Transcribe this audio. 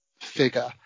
figure